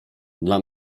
dla